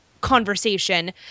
conversation